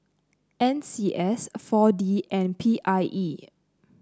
N C S four D and P I E